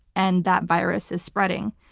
and that virus is spreading.